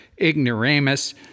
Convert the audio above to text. ignoramus